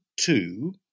two